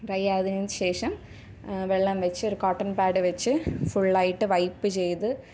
dry ആയതിനുശേഷം വെള്ളം വച്ച് ഒരു കോട്ടൺ പാഡ് വച്ച് ഫുൾ ആയിട്ട് വൈപ്പ് ചെയ്ത്